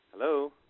Hello